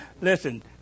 Listen